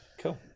Cool